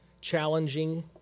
challenging